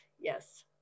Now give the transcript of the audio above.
yes